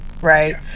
right